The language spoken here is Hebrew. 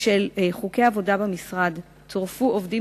של חוקי העבודה במשרד צורפו עובדים